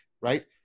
right